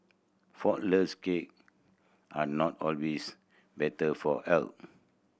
flourless cake are not always better for health